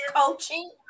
coaching